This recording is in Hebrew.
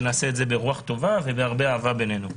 שנדון ברוח טובה ובהרבה אהבה ביננו.